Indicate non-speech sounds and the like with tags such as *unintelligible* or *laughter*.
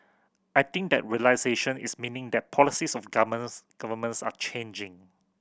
I think that realisation is meaning that policies of *unintelligible* governments are changing